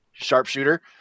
sharpshooter